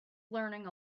learning